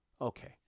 Okay